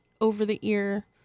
over-the-ear